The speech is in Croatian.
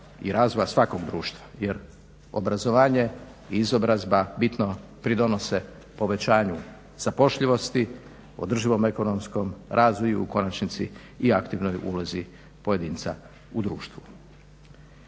i razvoja svakog društva jer obrazovanje i izobrazba bitno pridonose povećanju zapošljivosti, održivom ekonomskom razvoju i u konačnici i aktivno u ulozi pojedinca u društvu.